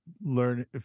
learn